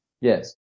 Yes